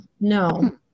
no